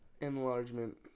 Enlargement